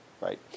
Right